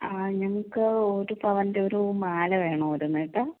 ആ ഞങ്ങൾക്ക് ഒരു പവൻറെ ഒരു മാല വേണമായിരുന്നു കേട്ടോ